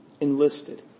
enlisted